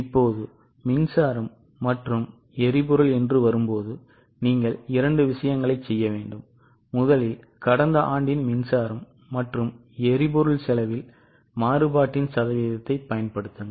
இப்போது மின்சாரம் மற்றும் எரிபொருள் என்று வரும்போது நீங்கள் 2 விஷயங்களைச் செய்ய வேண்டும் முதலில் கடந்த ஆண்டின் மின்சாரம் மற்றும் எரிபொருள் செலவில் மாறுபாட்டின் சதவீதத்தைப் பயன்படுத்துங்கள்